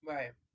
Right